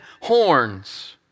horns